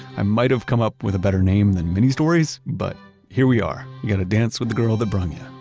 i might've come up with a better name than mini-stories, but here we are. you gotta dance with the girl that brung ya.